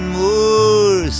more